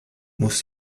muss